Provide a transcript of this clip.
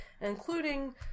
including